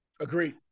Agreed